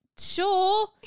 Sure